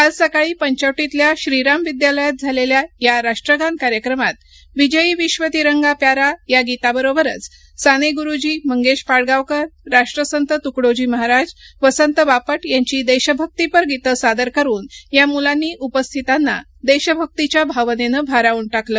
काल सकाळी पंचवटीतील श्रीराम विद्यालयात झालेल्या या राष्ट्रगान कार्यक्रमात विजयी विश्व तिरंगा प्यारा या गीताबरोबरच साने गुरूजी मंगेश पाडगावकर राष्ट्रसंत तुकडोजी महाराज वसंत बापट यांची देशभक्तिपर गीतं सादर करून या मुलांनी उपस्थितांना देशभक्तीच्या भावनेनं भारावून टाकलं